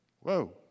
Whoa